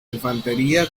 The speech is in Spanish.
infantería